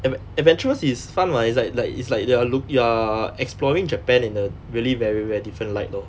ad~ adventurous is fun mah it's like like it's like you are look~ you are exploring japan in a really very very different light lor